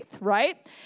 right